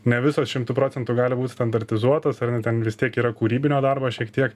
ne visos šimtu procentų gali būt standartizuotos ar ne ten vis tiek yra kūrybinio darbo šiek tiek